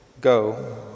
Go